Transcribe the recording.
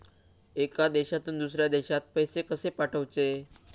एका देशातून दुसऱ्या देशात पैसे कशे पाठवचे?